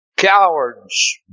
Cowards